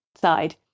side